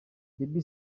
baby